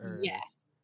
yes